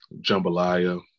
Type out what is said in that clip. jambalaya